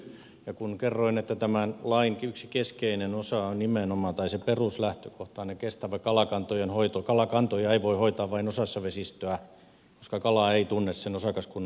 ja kun kerroin että tämän lain yksi keskeinen osa tai sen peruslähtökohta on nimenomaan kestävä kalakantojen hoito niin kalakantoja ei voi hoitaa vain osassa vesistöä koska kala ei tunne sen osakaskunnan rajaa